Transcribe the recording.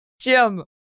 Jim